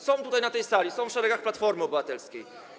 Są tutaj, na tej sali, są w szeregach Platformy Obywatelskiej.